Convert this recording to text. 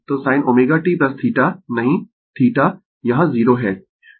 तो sin ω t θ नहीं θ यहाँ 0 है